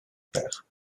père